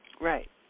Right